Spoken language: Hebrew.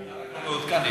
אתה רק לא מעודכן,